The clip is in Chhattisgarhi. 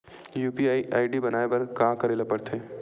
यू.पी.आई आई.डी बनाये बर का करे ल लगही?